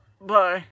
Bye